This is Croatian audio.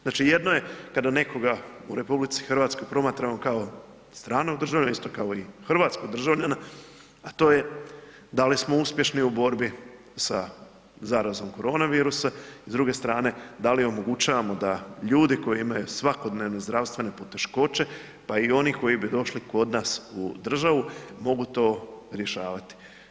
Znači jedno je kada nekoga u RH promatramo kao stranog državljana, isto kao i hrvatskog državljana, a to je da li smo uspješni u borbi sa zarazom koronavirusa, s druge strane, da li omogućavamo da ljudi koji imaju svakodnevne zdravstvene poteškoće, pa i oni koji bi došli kod nas u državu, mogu to rješavati.